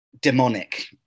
Demonic